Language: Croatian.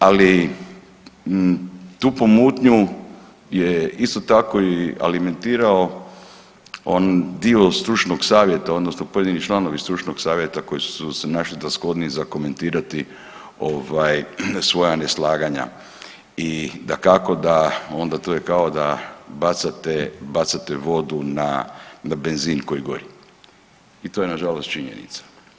Ali tu pomutnju je isto tako i alimentirao dio stručnog savjeta odnosno pojedini članovi stručnog savjeta koji su se našli za shodni za komentirati ovaj svoja neslaganja i dakako da onda to je kao da bacate, bacate vodu na benzin koji gori i to je nažalost činjenica.